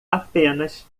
apenas